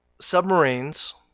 submarines